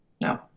No